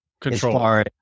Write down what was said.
Control